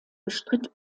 bestritt